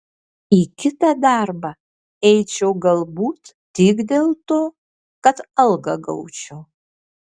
į kitą darbą eičiau galbūt tik dėl to kad algą gaučiau